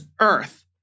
Earth